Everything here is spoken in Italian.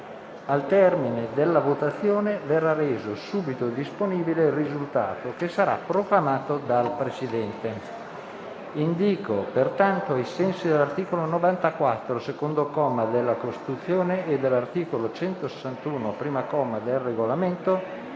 Al termine della votazione verrà reso subito disponibile il risultato, che sarà proclamato dal Presidente. Indìco, ai sensi dell'articolo 94, secondo comma, della Costituzione e ai sensi dell'articolo 161, comma 1, del Regolamento,